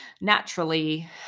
naturally